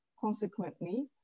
Consequently